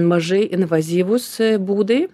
mažai invazyvūs būdai